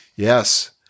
Yes